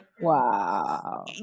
wow